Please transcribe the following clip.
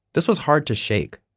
this was hard to shake.